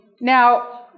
Now